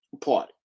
party